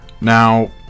now